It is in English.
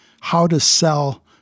how-to-sell